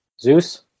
Zeus